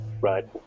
Right